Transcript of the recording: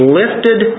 lifted